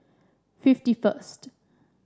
fifty first